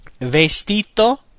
Vestito